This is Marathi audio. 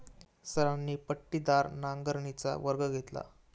सरांनी पट्टीदार नांगरणीचा वर्ग घेतला